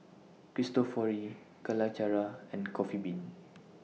Cristofori Calacara and Coffee Bean